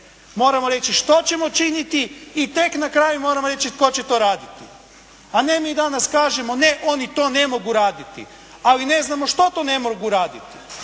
moramo reći što ćemo činiti i tek na kraju moramo reći tko će to raditi. A ne mi danas kažemo ne oni to ne mogu raditi. Ali ne znamo što to ne mogu raditi.